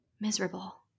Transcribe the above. miserable